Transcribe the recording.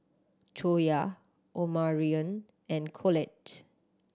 Toya Omarion and Collette